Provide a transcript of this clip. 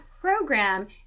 program